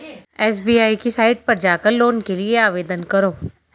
SBI की site पर जाकर लोन के लिए आवेदन करो